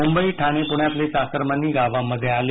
मुंबई ठाणे पुण्यातले चाकरमानी गावांमध्ये आले